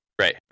Right